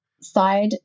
side